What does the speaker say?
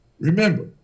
remember